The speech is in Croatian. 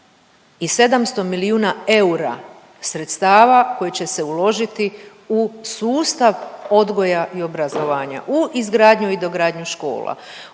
i 700 milijuna eura sredstava koji će se uložiti u sustav odgoja i obrazovanja, u izgradnju i dogradnju škola,